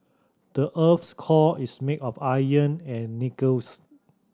the earth's core is made of iron and nickels